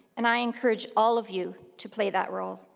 and i encourage all of you to play that role.